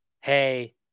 hey